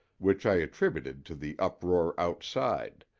which i attributed to the uproar outside,